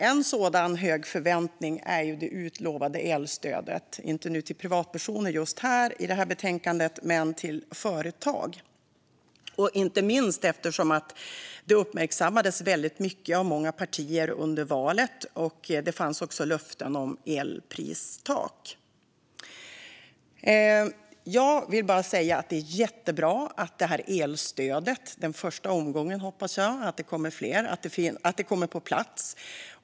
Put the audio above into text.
En sådan stor förväntning gäller det utlovade elstödet till företag - det gäller inte privatpersoner i detta betänkande - inte minst eftersom det uppmärksammades väldigt mycket av många partier under valet. Det fanns också löften om elpristak. Det är jättebra att detta elstöd kommer på plats. Jag hoppas att det är den första omgången och att det kommer fler.